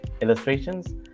illustrations